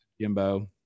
Jimbo